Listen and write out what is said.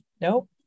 Nope